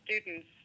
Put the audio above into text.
students